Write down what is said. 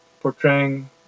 portraying